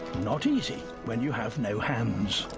not easy when you have no hands.